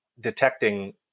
detecting